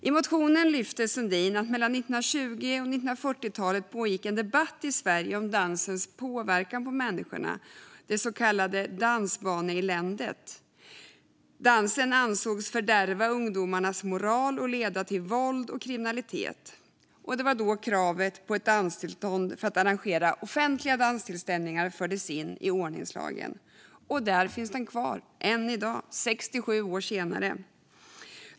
I motionen tar Sundin upp att det mellan 1920-talet och 1940-talet pågick en debatt i Sverige om dansens påverkan på människorna, det så kallade dansbaneeländet. Dansen ansågs fördärva ungdomarnas moral och leda till våld och kriminalitet. Det var då kravet på ett tillstånd för att arrangera offentliga danstillställningar fördes in i ordningslagen. Där finns det kvar än i dag, 67 år senare.